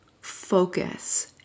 focus